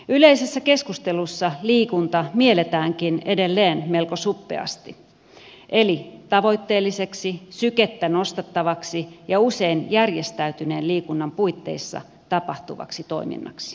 yleisessä keskustelussa liikunta mielletäänkin edelleen melko suppeasti eli tavoitteelliseksi sykettä nostattavaksi ja usein järjestäytyneen liikunnan puitteissa tapahtuvaksi toiminnaksi